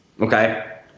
Okay